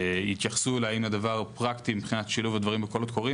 יתייחסו אל האם הדבר פרקטי מבחינת שילוב הדברים בקולות קוראים,